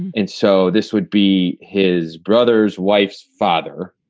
and so this would be his brother's wife's father,